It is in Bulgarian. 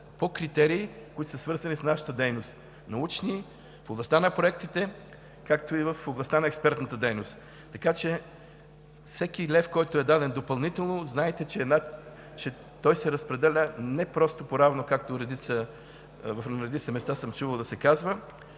по критерии, които са свързани с нашата дейност – научни, в областта на проектите, както и в областта на експертната дейност. Така че всеки лев, който е даден допълнително, знайте, че той се разпределя не просто поравно, както на редица места съм чувал да се казва,